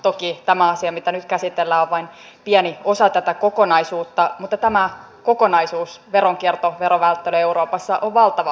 toki tämä asia mitä nyt käsitellään on vain pieni osa tätä kokonaisuutta mutta tämä kokonaisuus veronkierto verovälttely euroopassa on valtava ongelma